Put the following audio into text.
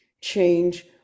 change